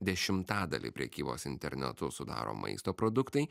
dešimtadalį prekybos internetu sudaro maisto produktai